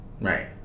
Right